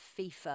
FIFA